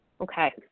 Okay